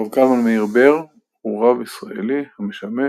הרב קלמן מאיר בר הוא רב ישראלי המשמש